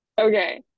Okay